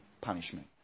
punishment